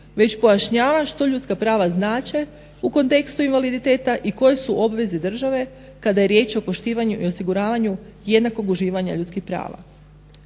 već pojašnjava što ljudska prava znače u kontekstu invaliditeta i koje su obveze države kada je riječ o poštivanju i osiguravanju jednakog uživanja ljudskih prava.